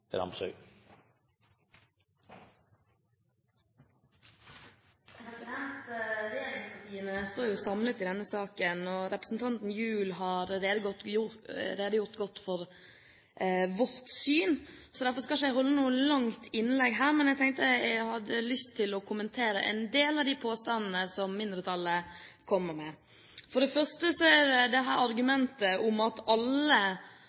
representanten Gjul har redegjort godt for vårt syn. Derfor skal ikke jeg holde noe langt innlegg her, men jeg hadde lyst til å kommentere en del av de påstandene som mindretallet kommer med. For det første er det argumentet om at alle